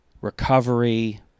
recovery